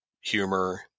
humor